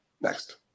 Next